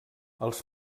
els